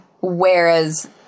Whereas